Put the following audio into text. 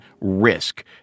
RISK